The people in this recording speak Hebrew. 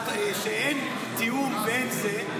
שאין תיאום ואין זה,